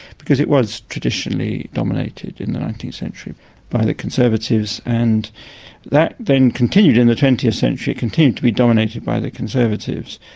because it was traditionally dominated in the nineteenth century by the conservatives. and that then continued in the twentieth century, continued to be dominated by the conservatives,